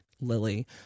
Lily